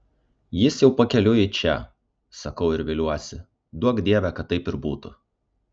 jis jau pakeliui į čia sakau ir viliuosi duok dieve kad taip ir būtų